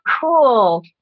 cool